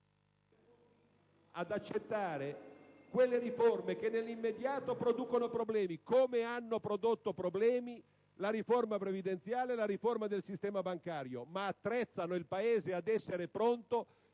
al Paese quelle riforme che nell'immediato producono problemi, come hanno prodotto problemi la riforma previdenziale e quella del sistema bancario, ma attrezzano il Paese ad essere pronto